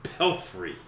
Pelfrey